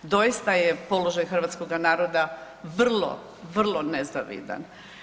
Doista je položaj hrvatskoga naroda vrlo, vrlo nezavidan.